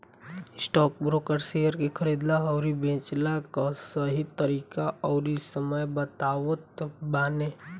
stockbroker share के खरीदला अउरी बेचला कअ सही तरीका अउरी समय बतावत बाने